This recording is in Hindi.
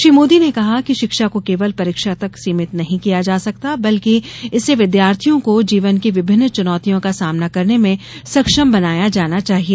श्री मोदी ने कहा कि शिक्षा को केवल परीक्षा तक सीमित नहीं किया जा सकता बल्कि इससे विद्यार्थियों को जीवन की विभिन्न चुनौतियों का सामना करने में सक्षम बनाया जाना चाहिए